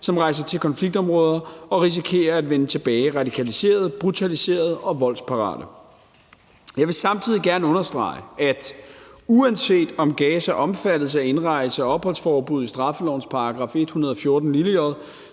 som rejser til konfliktområder og risikerer at vende radikaliserede, brutaliserede og voldsparate tilbage. Jeg vil samtidig gerne understrege, at uanset om Gaza omfattes af indrejse- og opholdsforbuddet i straffelovens § 114 j,